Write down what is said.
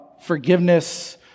forgiveness